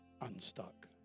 unstuck